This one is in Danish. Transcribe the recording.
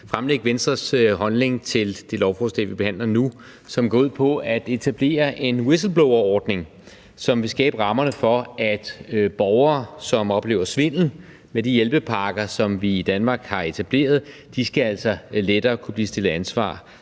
fremlægge Venstres holdning til det lovforslag, vi behandler nu, som går ud på at etablere en whistleblowerordning, som vil skabe rammerne for, at personer, som begår svindel med de hjælpepakker, som vi i Danmark har etableret, lettere skal kunne stilles til ansvar